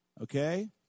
Okay